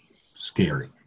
scary